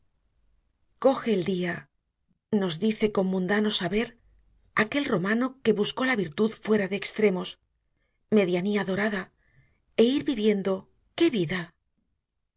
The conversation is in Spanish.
coje el día nos dice con mundano saber aquel romano que buscó la virtud fuera de extremos medianía dorada é ir viviendo qué vida